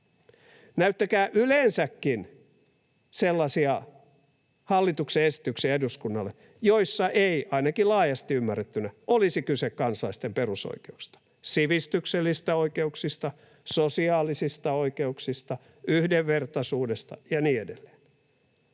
Näyttäkää yleensäkin sellaisia hallituksen esityksiä eduskunnalle, joissa ei, ainakin laajasti ymmärrettynä, olisi kyse kansalaisten perusoikeuksista — sivistyksellisistä oikeuksista, sosiaalisista oikeuksista, yhdenvertaisuudesta ja niin edelleen.